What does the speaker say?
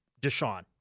Deshaun